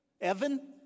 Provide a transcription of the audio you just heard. Evan